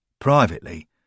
Privately